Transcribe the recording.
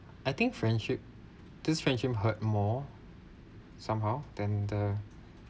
I think friendship this friendship hurt more somehow then the